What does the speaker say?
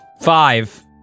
Five